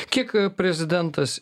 kiek prezidentas